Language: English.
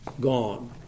Gone